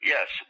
Yes